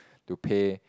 to pay